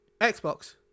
Xbox